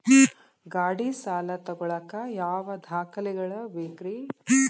ಗಾಡಿ ಸಾಲ ತಗೋಳಾಕ ಯಾವ ದಾಖಲೆಗಳ ಬೇಕ್ರಿ?